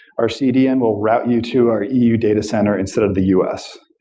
our cdn will route you to our eu data center instead of the us.